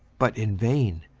but in vain.